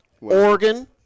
Oregon